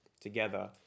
together